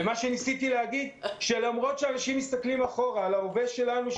ניסיתי להגיד שלמרות שאנשים מסתכלים אחורה על ההווה שלנו,